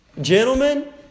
Gentlemen